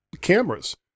cameras